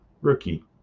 Rookie